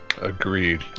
Agreed